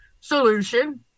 solution